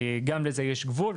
גם לזה יש גבול,